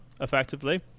effectively